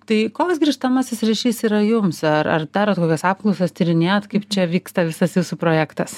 tai koks grįžtamasis ryšys yra jums ar ar darot kokias apklausas tyrinėjat kaip čia vyksta visas jūsų projektas